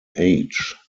age